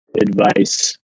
advice